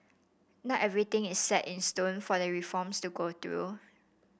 not everything is set in stone for the reforms to go through